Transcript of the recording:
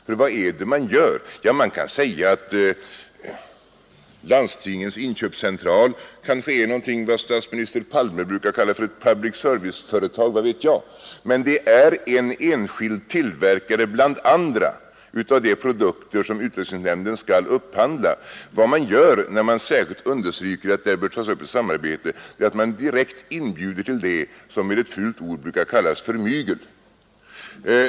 Vad är det nämligen maa här gör? Ja, man kan säga att Landstingens inköpscentral är någonting av vad statsminister Palme brukar kalla för ett public service-företag, vad vet jag? Men det är en enskild tillverkare bland andra av de produkter som utrustningsnämnden skall upphandla, och vad man gör när man särskilt understryker att det bör ias upp ett samarbete är att man direkt inbjuder till vad som med ett fult ord brukar kallas för mygel.